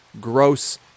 gross